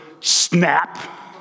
Snap